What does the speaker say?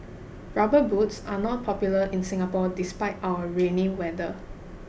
rubber boots are not popular in Singapore despite our rainy weather